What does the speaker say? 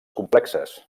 complexes